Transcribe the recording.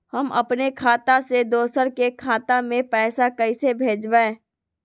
हम अपने खाता से दोसर के खाता में पैसा कइसे भेजबै?